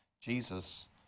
Jesus